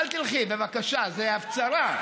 אל תלכי, בבקשה, זו הפצרה.